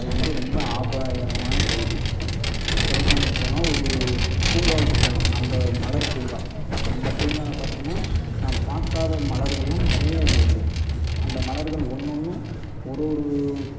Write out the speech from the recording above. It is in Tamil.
அது வந்து ரொம்ப ஆபாயகரமான பகுதி கொடைக்கானல் போனால் ஒரு பூங்காவுக்குப் போனோம் அந்த மலர் பூங்கா அந்த பூங்காவில பார்த்திங்கனா நான் பார்க்காத மலர்கள் எல்லாம் நிறையா இருந்துச்சு அந்த மலர்கள் ஒன்னொன்றும் ஒரு ஒரு